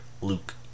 Luke